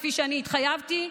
כפי שהתחייבתי.